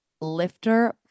Lifter